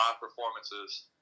performances